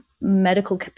medical